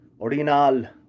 Orinal